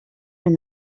are